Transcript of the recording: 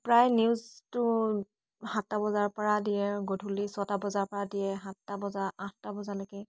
প্ৰায় নিউজটো সাতটা বজাৰ পৰা দিয়ে গধূলি ছটা বজাৰ পৰা দিয়ে সাতটা বজা আঠটা বজালৈকে